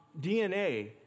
DNA